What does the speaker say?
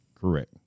Correct